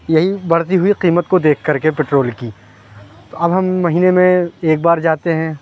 یہی بڑھتی ہوئی قیمت کو دیکھ کر کے پٹرول کی تو اب ہم مہینے میں ایک بار جاتے ہیں